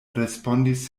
respondis